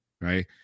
Right